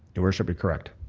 your worship, you're correct.